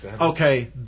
Okay